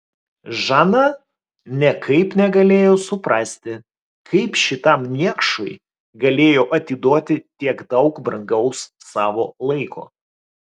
žana niekaip negalėjo suprasti kaip šitam niekšui galėjo atiduoti tiek daug brangaus savo laiko